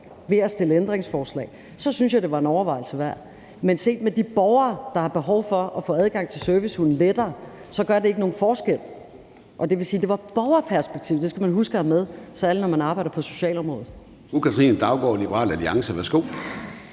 ved at stille ændringsforslag, synes jeg, det var en overvejelse værd. Men i forhold til de borgere, der har behov for lettere at få adgang til servicehunde, gør det ikke nogen forskel, og det vil sige, at det handlede om borgerperspektivet. Det skal man huske at have med, særlig når man arbejder på socialområdet.